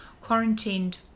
quarantined